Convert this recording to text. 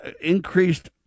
increased